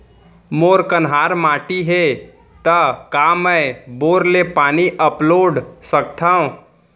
मोर कन्हार माटी हे, त का मैं बोर ले पानी अपलोड सकथव?